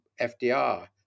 FDR